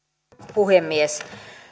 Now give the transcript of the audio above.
puhemies